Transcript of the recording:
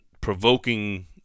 provoking